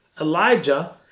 Elijah